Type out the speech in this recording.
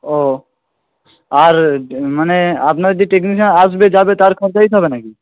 ও আর মানে আপনার যে টেকনিশিয়ান আসবে যাবে তার খরচা দিতে হবে নাকি